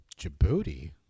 Djibouti